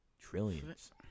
Trillions